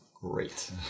great